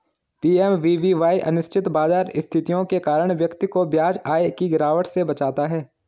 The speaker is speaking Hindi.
पी.एम.वी.वी.वाई अनिश्चित बाजार स्थितियों के कारण व्यक्ति को ब्याज आय की गिरावट से बचाता है